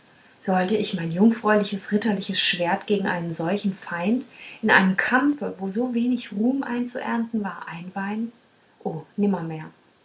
sollte ich mein jungfräuliches ritterliches schwert gegen einen solchen feind in einem kampfe wo so wenig ruhm einzuernten war einweihen o